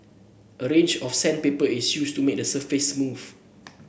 a range of sandpaper is used to make the surface smooth